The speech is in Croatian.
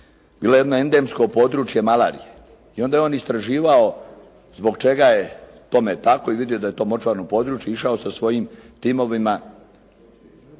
bilo jedno endemsko područje malarije. I onda je on istraživao zbog čega je tome tako i vidio da je to močvarno područje, išao sa svojim timovima